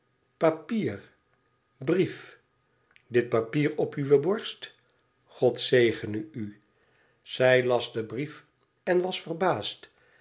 papier brief dit papier op uwe borst god zegenen zij las den briefen was verbaasd